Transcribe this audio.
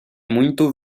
muito